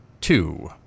two